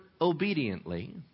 obediently